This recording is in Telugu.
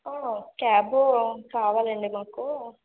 హా క్యాబు కావాలండి మాకు